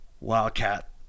Wildcat